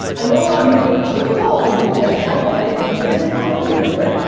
i know a lot of you are like, screen calls and do this i get it but this is how we're gonna do it.